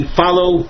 follow